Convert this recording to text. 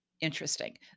interesting